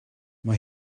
mae